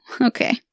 Okay